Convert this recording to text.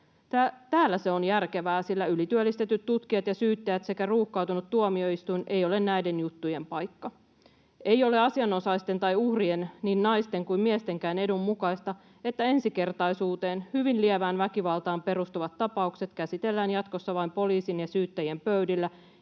Täällä se on järkevää, sillä ylityöllistetyt tutkijat ja syyttäjät sekä ruuhkautunut tuomioistuin eivät ole näiden juttujen paikka. Ei ole asianosaisten tai uhrien, niin naisten kuin miestenkään, edun mukaista, että ensikertaisuuteen, hyvin lievään väkivaltaan perustuvat tapaukset käsitellään jatkossa vain poliisin ja syyttäjien pöydillä